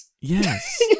Yes